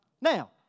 Now